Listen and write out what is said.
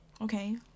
okay